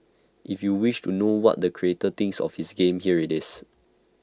if you wish to know what the creator thinks of his game here IT is